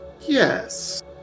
yes